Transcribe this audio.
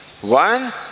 One